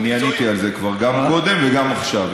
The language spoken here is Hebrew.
אני עניתי על זה כבר, גם קודם וגם עכשיו.